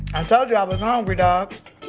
um told you i was hungry, dawg.